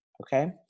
okay